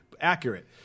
accurate